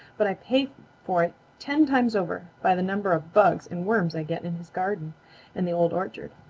but i pay for it ten times over by the number of bugs and worms i get in his garden and the old orchard.